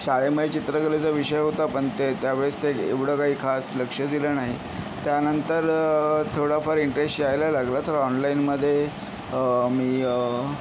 शाळेमध्ये चित्रकलेचा विषय होता पण ते त्यावेळेस ते एवढं काही खास लक्ष दिलं नाही त्या नंतर थोडाफार इंट्रेष्ट यायला लागला थोडा ऑनलाइनमधे मी